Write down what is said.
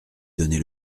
donner